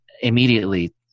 immediately